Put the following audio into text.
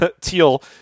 Teal